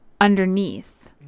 underneath